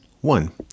One